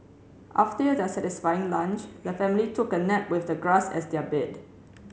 after their satisfying lunch the family took a nap with the grass as their bed